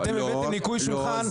אתם הבאתם ניקוי שולחן.